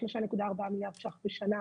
3.4 מיליארד ש"ח בשנה.